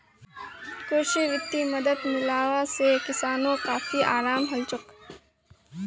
कृषित वित्तीय मदद मिलवा से किसानोंक काफी अराम हलछोक